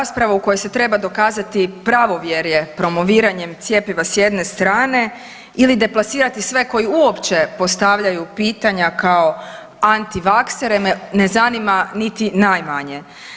Ova rasprava u kojoj se treba dokazati pravovjerje promoviranjem cjepiva s jedne strane ili deplasirati sve koji uopće postavljaju pitanja kao antivaksere me ne zanima niti najmanje.